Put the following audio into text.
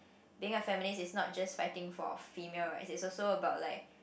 being a feminist is not just fighting for female rights it's also about like